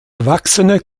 erwachsene